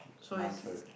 my turn